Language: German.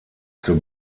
zur